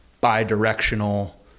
bi-directional